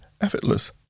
effortless